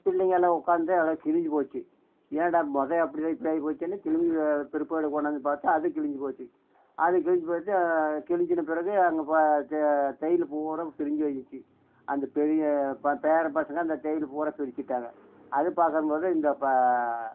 பிள்ளைங்க எல்லாம் உட்காந்து எல்லாம் கிழிஞ்சி போச்சு ஏன்டா மொதல் அப்படிதான் இப்படி ஆகிப்போச்சேன்னு திரும்பியும் பிற்பாடு கொண்டாந்து பார்த்தா அதுவும் கிழிஞ்சு போச்சு அது கிழிஞ்சு போயிருச்சு கிழிஞ்சின பிறகு அங்கே தையலு பூராக பிரிஞ்சு போயிச்சி அந்த பெரிய பே பேரப்பசங்க அந்த தையலு பூராக பிரிச்சுட்டாங்க அது பார்க்கறம் போது இந்த பா